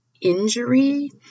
injury